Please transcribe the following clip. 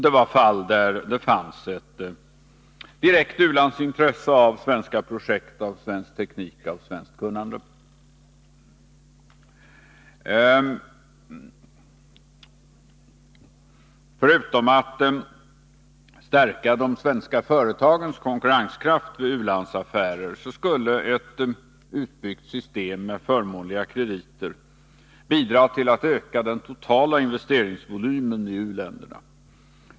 Det var fall där det fanns ett direkt u-landsintresse av svenska projekt, av svensk teknik, av svenskt kunnande. Förutom att stärka de svenska företagens konkurrenskraft i u-landsaffärer skulle ett utbyggt system med förmånliga krediter bidra till att öka den totala investeringsvolymen i u-länderna.